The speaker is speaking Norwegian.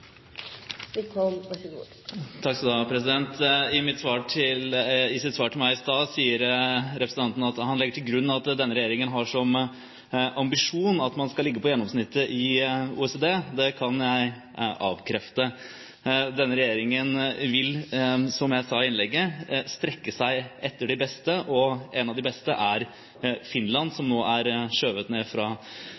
er så viktig at vi må få bygd flest mulig hybler fortest mulig. I sitt svar til meg i stad sa representanten at han legger til grunn at denne regjeringen har som ambisjon at man skal ligge på gjennomsnittet i OECD. Det kan jeg avkrefte. Denne regjeringen vil, som jeg sa i innlegget, strekke seg etter de beste, og en av de beste er Finland, som